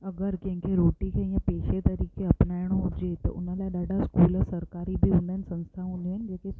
अगरि कंहिंखे रोटी खे इअं पेशे तरीक़े अपनाइणो हुजे त हुन लाइ ॾाढा स्कूल सरकारी बि हूंदा आहिनि संस्था हूंदियूं आहिनि जेके